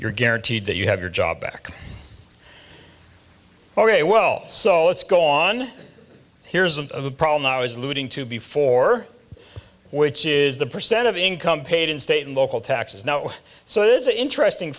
you're guaranteed that you have your job back or a well so let's go on here's of the problem now is alluding to before which is the percent of income paid in state and local taxes now so it is an interesting